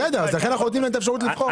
לכן אנחנו נותנים להם את האפשרות לבחור.